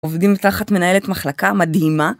עובדים תחת מנהלת מחלקה, מדהימה.